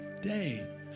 day